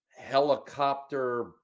helicopter